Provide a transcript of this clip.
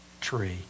tree